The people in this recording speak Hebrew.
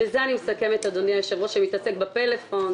בזה אני מסכמת, אדוני היושב-ראש, שמתעסק בפלאפון.